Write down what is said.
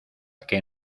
que